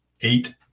eight